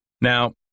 now